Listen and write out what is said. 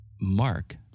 Mark